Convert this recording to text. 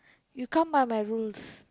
you come by my rules